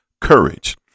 courage